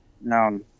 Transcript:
no